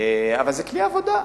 אבל זה כלי עבודה.